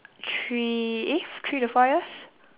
three eh f~ three to four years